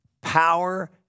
power